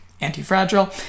anti-fragile